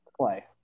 play